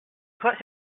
put